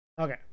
Okay